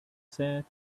set